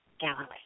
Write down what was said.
Galilee